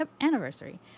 anniversary